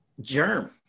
germ